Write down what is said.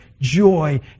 joy